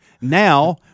now